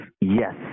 Yes